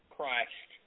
Christ